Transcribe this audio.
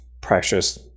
precious